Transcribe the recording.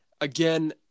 again